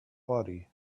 body